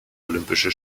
olympische